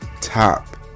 top